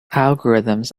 algorithms